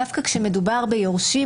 דווקא כשמדובר ביורשים,